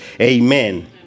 Amen